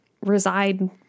reside